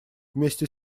вместе